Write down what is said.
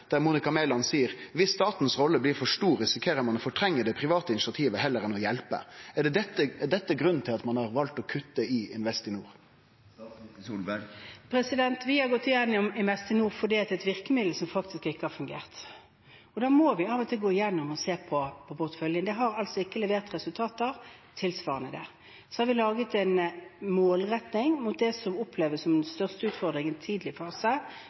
der Monica Mæland seier: «Hvis statens rolle blir for stor, risikerer man å fortrenge det private initiativet heller enn å hjelpe.» Er dette grunnen til at ein har valt å kutte i Investinor? Vi har gått igjennom Investinor fordi det er et virkemiddel som ikke har fungert. Da må vi av og til gå igjennom og se på porteføljen. Det har ikke levert resultater som er tilsvarende. Så har vi laget en målretting mot det som oppleves som den største utfordringen i tidlig fase,